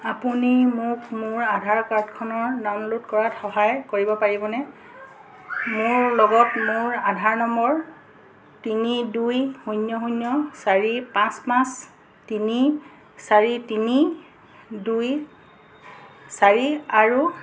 আপুনি মোক মোৰ আধাৰ কাৰ্ডখনৰ ডাউনল'ড কৰাত সহায় কৰিব পাৰিবনে মোৰ লগত মোৰ আধাৰ নম্বৰ তিনি দুই শূন্য শূন্য চাৰি পাঁচ পাঁচ তিনি চাৰি তিনি দুই চাৰি আৰু